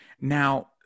Now